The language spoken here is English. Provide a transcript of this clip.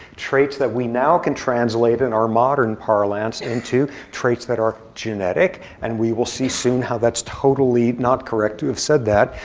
traits that we now can translate, in our modern parlance, into traits that are genetic. and we will see, soon, how that's totally not correct to have said that.